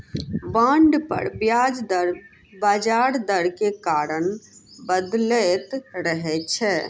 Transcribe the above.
bond पर ब्याज दर बजार दर के कारण बदलैत रहै छै